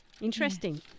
Interesting